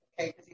Okay